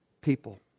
people